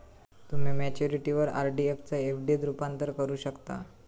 तुम्ही मॅच्युरिटीवर आर.डी चा एफ.डी त रूपांतर करू शकता